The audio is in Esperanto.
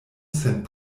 sen